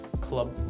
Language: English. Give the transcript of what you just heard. club